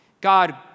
God